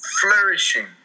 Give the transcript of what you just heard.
flourishing